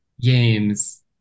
games